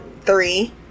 three